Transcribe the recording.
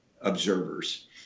observers